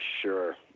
sure